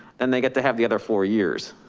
then they get to have the other four years.